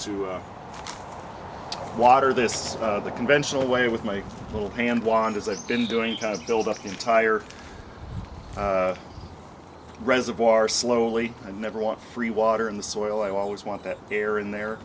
to water this the conventional way with my little hand wand as i've been doing kind of build up the entire reservoir slowly i never want free water in the soil i always want that air in there